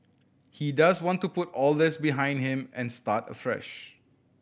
he does want to put all this behind him and start afresh